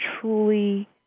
truly